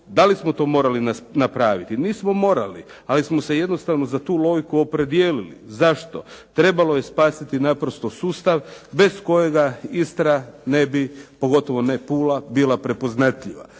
Da li smo to morali napraviti? Nismo morali, ali smo se jednostavno za tu logiku opredijelili. Zašto? Trebalo je spasiti naprosto sustav bez kojega Istra ne bi, pogotovo ne Pula, bila prepoznatljiva.